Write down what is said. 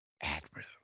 Admiral